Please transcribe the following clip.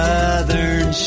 Southern